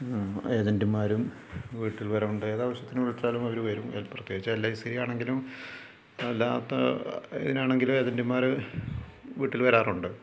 ഏജൻറ്മാരും വീട്ടിൽ വരവുണ്ട് ഏതാവശ്യത്തിനു വിളിച്ചാലും അവർ വരും പ്രത്യേകിച്ച് എൽ ഐ സിയാണെങ്കിലും അല്ലാത്ത ഇതിനാണെങ്കിലും ഏജൻറ്മാർ വീട്ടിൽ വരാറുണ്ട്